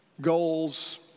goals